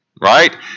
Right